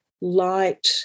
light